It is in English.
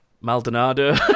Maldonado